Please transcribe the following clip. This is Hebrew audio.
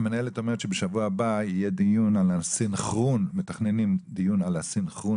המנהלת אומרת שבשבוע הבא מתכננים דיון על הסנכרון